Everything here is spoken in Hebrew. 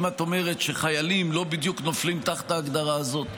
אם את אומרת שחיילים לא בדיוק נופלים תחת ההגדרה הזאת.